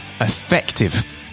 effective